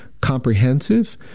comprehensive